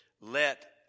Let